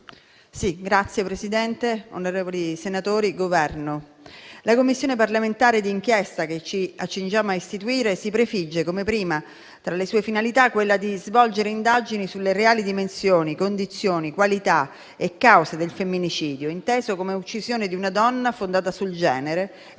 Signor Presidente, onorevoli senatori, rappresentanti del Governo, la Commissione parlamentare d'inchiesta che ci accingiamo a istituire si prefigge come prima finalità quella di svolgere indagini sulle reali dimensioni, condizioni, qualità e cause del femminicidio, inteso come uccisione di una donna fondata sul genere e,